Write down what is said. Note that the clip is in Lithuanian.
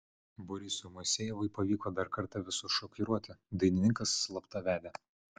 borisui moisejevui pavyko dar kartą visus šokiruoti dainininkas slapta vedė